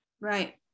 Right